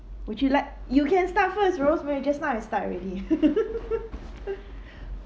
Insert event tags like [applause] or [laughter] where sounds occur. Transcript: would you like you can start first rose when just now I start already [laughs] [breath]